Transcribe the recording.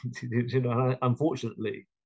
unfortunately